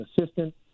assistant